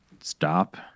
stop